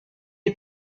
est